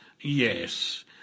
Yes